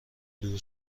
دور